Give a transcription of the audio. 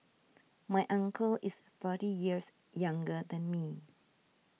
my uncle is thirty years younger than me